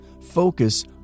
Focus